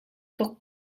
tuk